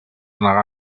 negà